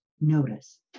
notice